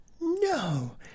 No